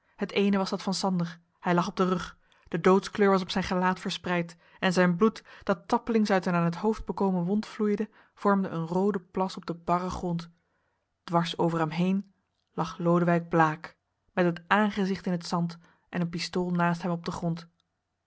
het eene was dat van sander hij lag op den rug de doodskleur was op zijn gelaat verspreid en zijn bloed dat tappelings uit een aan t hoofd bekomen wond vloeide vormde een rooden plas op den barren grond dwars over hem heen lag lodewijk blaek met het aangezicht in het zand en een pistool naast hem op den grond